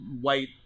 white